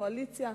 מהקואליציה,